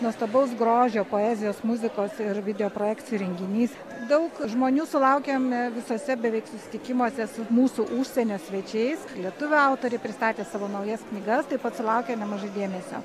nuostabaus grožio poezijos muzikos ir video projekcijų renginys daug žmonių sulaukiam visuose beveik susitikimuose su mūsų užsienio svečiais lietuvių autoriai pristatė savo naujas knygas taip pat sulaukė nemažai dėmesio